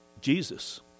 Jesus